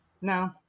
no